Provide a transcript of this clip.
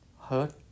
hurt